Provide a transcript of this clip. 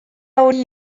hori